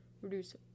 reduce